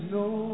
no